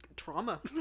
Trauma